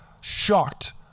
shocked